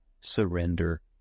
surrender